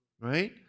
Right